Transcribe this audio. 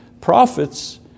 Prophets